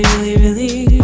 really